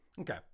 Okay